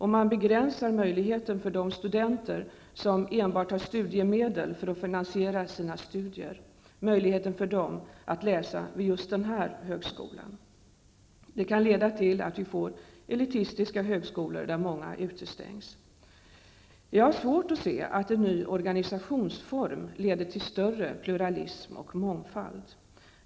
Om man begränsar möjligheten för de studenter som enbart har studiemedel för finansieringen av sina studier att läsa vid en speciell högskola, kan det leda till att vi får elitistiska högskolor, där många utestängs. Jag har svårt att se att en ny organisationsform leder till större pluralism och mångfald.